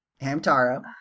Hamtaro